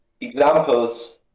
examples